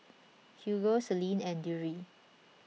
Hugo Selene and Drury